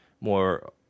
more